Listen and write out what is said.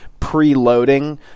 preloading